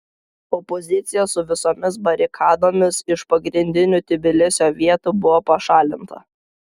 opozicija su visomis barikadomis iš pagrindinių tbilisio vietų buvo pašalinta